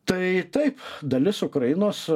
tai taip dalis ukrainos